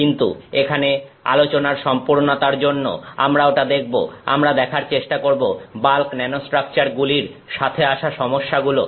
কিন্তু এখানে আলোচনার সম্পূর্ণতার জন্য আমরা ওটা দেখব আমরা দেখার চেষ্টা করব বাল্ক ন্যানোস্ট্রাকচারগুলির সাথে আসা সমস্যাগুলো